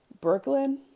Brooklyn